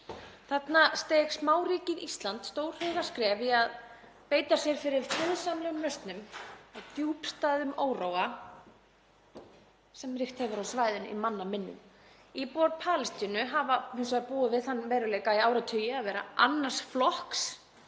Þarna steig smáríkið Ísland stórhuga skref í að beita sér fyrir friðsamlegum lausnum á djúpstæðum óróa sem ríkt hefur á svæðinu í manna minnum. Íbúar Palestínu hafa hins vegar búið við þann veruleika í áratugi að vera annars flokks